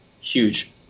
huge